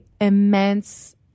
immense